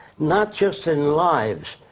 not just in lives,